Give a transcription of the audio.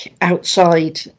outside